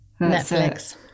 Netflix